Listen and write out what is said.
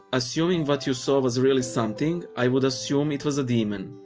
assuming what you saw was really something, i would assume it was a demon.